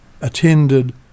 attended